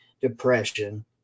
depression